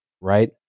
right